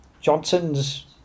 Johnson's